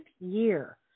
year